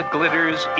glitters